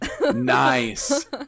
nice